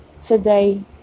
today